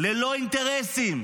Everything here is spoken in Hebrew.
ללא אינטרסים,